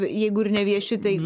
jeigu ir nevieši tai